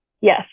Yes